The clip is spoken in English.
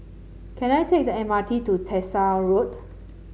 can I take the M R T to Tyersall Road